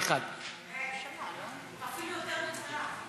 הרווחה והבריאות נתקבלה.